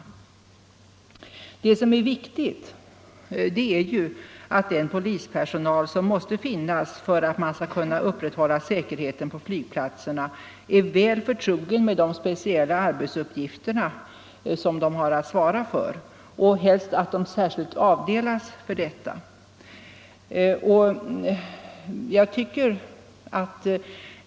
Det som är viktigt är ju att den polispersonal som måste finnas för att man skall upprätthålla säkerheten på flygplatserna är väl förtrogen med de speciella arbetsuppgifter den har att svara för — och helst särskilt avdelad för dessa.